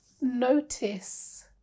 notice